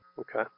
okay